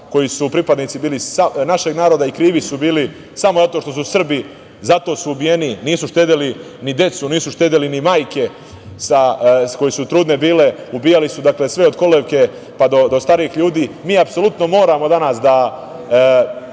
koji su pripadnici bili našeg naroda i krivi su bili samo zato što su Srbi, zato su ubijeni, nisu štedeli ni decu, nisu štedeli ni majke koje su trudne bile, ubijali su, dakle, sve od kolevke pa do starijih ljudi. Mi apsolutno moramo danas da